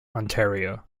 ontario